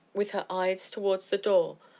with her eyes towards the door,